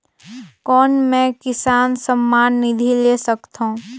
कौन मै किसान सम्मान निधि ले सकथौं?